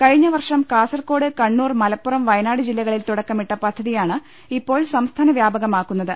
കഴിഞ്ഞവർഷം കാസർകോട് കണ്ണൂർ മലപ്പുറം വയനാട് ജില്ലകളിൽ തുടക്കമിട്ട പദ്ധതിയാണ് ഇപ്പോൾ സംസ്ഥാന വ്യാപകമാക്കുന്ന ത്